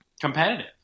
competitive